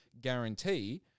guarantee